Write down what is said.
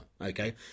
okay